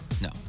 No